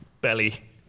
belly